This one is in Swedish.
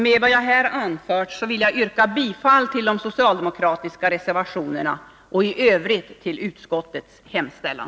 Med det anförda ber jag att få yrka bifall till de socialdemokratiska reservationerna och i övrigt till utskottets hemställan.